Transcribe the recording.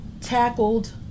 tackled